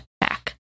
back